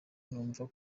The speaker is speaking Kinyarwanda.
numva